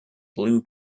blue